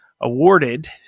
awarded